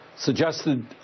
suggested